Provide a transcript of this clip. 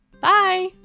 Bye